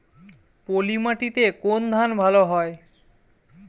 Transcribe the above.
পলিমাটিতে কোন ধান ভালো হয়?